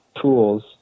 tools